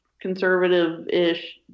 conservative-ish